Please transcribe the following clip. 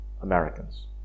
Americans